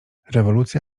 rewolucja